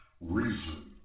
reason